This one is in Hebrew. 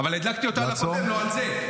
אבל הדלקתי אותה על הקודם, לא על זה.